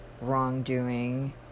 wrongdoing